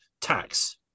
tax